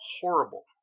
horrible